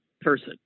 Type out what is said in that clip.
person